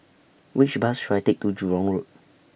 Which Bus should I Take to Jurong Road